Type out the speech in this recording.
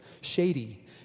shady